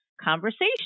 conversation